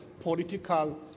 political